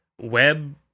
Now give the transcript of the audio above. web